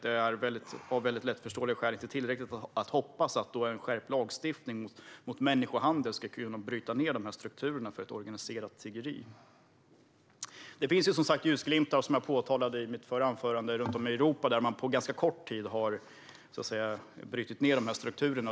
Det är av lättförståeliga skäl inte heller tillräckligt att hoppas att en skärpt lagstiftning mot människohandel ska kunna bryta ned strukturerna för organiserat tiggeri. Det finns som sagt ljusglimtar runt om i Europa, vilket jag sa i mitt förra inlägg. Man har på ganska kort tid brutit ned de här strukturerna.